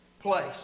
place